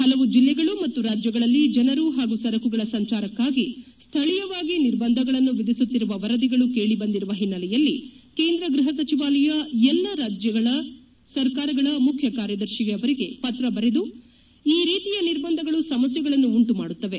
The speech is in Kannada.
ಹಲವು ಜಿಲ್ಲೆಗಳು ಮತ್ತು ರಾಜ್ಯಗಳಲ್ಲಿ ಜನರು ಮತ್ತು ಸರಕುಗಳ ಸಂಚಾರಕ್ಷಾಗಿ ಸ್ವಳೀಯವಾಗಿ ನಿರ್ಬಂಧಗಳನ್ನು ವಿಧಿಸುತ್ತಿರುವ ವರದಿಗಳು ಕೇಳಿ ಬಂದಿರುವ ಹಿನ್ನೆಲೆಯಲ್ಲಿ ಕೇಂದ್ರ ಗ್ಲಪ ಸಚಿವಾಲಯ ಎಲ್ಲಾ ರಾಜ್ಯ ಸರ್ಕಾರಗಳ ಮುಖ್ಯ ಕಾರ್ಯದರ್ಶಿಯವರಿಗೆ ಪತ್ರ ಬರೆದು ಈ ರೀತಿಯ ನಿರ್ಬಂಧಗಳು ಸಮಸ್ನೆಗಳನ್ನು ಉಂಟು ಮಾಡುತ್ತವೆ